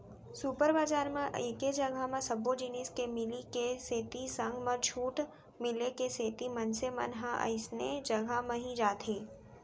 super बजार म एके जघा म सब्बो जिनिस के मिले के सेती संग म छूट मिले के सेती मनसे मन ह अइसने जघा म ही जाथे